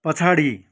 पछाडि